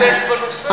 עוסק בנושא.